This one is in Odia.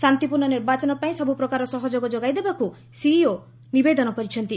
ଶାନ୍ତିପୂର୍ଣ୍ଣ ନିର୍ବାଚନ ପାଇଁ ସବୁପ୍ରକାର ସହଯୋଗ ଯୋଗାଇବାକୁ ସିଇଓ ନିବେଦନ କରିଛନ୍ତି